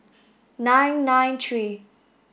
nine nine three